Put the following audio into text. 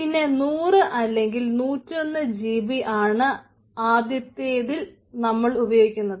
പിന്നെ 100 അല്ലെങ്കിൽ 101 ജിബി ആണ് ആദ്യത്തേതിൽ നമ്മൾ ഉപയോഗിക്കുന്നത്